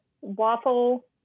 waffle